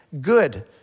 good